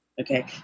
Okay